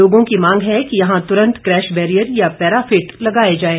लोगों की मांग है कि यहां तुरंत क्रैश बैरियर या पैराफिट लगाए जाएं